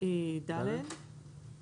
בדרגה ד'.